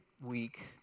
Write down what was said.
week